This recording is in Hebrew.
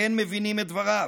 אין מבינים את דבריו.